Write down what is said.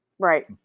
Right